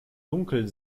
dunkel